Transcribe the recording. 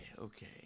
okay